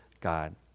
God